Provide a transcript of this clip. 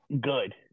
good